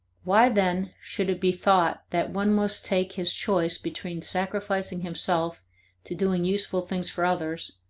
why then should it be thought that one must take his choice between sacrificing himself to doing useful things for others,